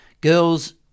Girls